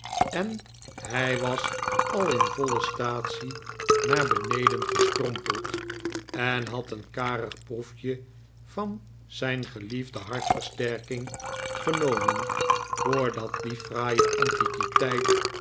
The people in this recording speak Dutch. en hij was al in voile staatsie naar beneden gestrompeld en had een karig proefje van zijn geliefde hartversterking genomen voordat die fraaie